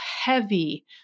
heavy